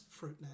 Fruitnet